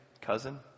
Cousin